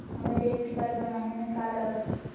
हमें debit card बनाने में का लागत?